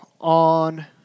on